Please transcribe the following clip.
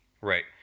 right